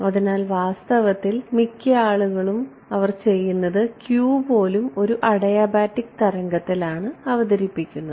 അതിനാൽ വാസ്തവത്തിൽ മിക്ക ആളുകളും അവർ ചെയ്യുന്നത് q പോലും ഒരു അഡിയാബാറ്റിക് തരംഗത്തിലാണ് അവതരിപ്പിക്കുന്നത്